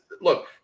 look